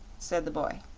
said the boy.